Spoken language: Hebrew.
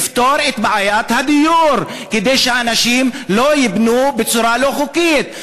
תפתור את בעיית הדיור כדי שאנשים לא יבנו בצורה לא חוקית.